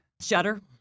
Shudder